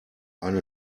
eine